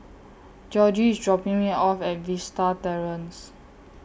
Georgie IS dropping Me off At Vista Terrace